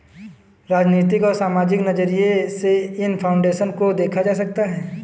राजनीतिक और सामाजिक नज़रिये से इन फाउन्डेशन को देखा जा सकता है